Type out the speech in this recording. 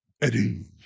Eddie